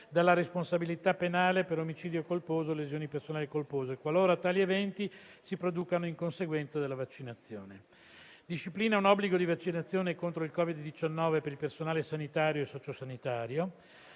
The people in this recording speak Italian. dalla responsabilità penale per omicidio colposo o lesioni personali colpose, qualora tali eventi si producano in conseguenza della vaccinazione; disciplina un obbligo di vaccinazione contro il Covid-19 per il personale sanitario e socio-sanitario;